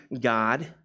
God